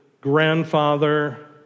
grandfather